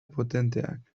potenteak